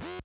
बनेला